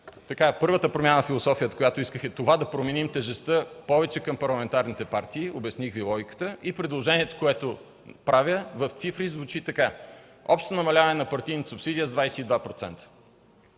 Първата промяна на философията, която исках, е да променим тежестта повече към парламентарните партии. Обясних Ви логиката. Предложението, което правя, в цифри звучи така: общо намаляване на партийната субсидия с 22%;